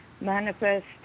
manifest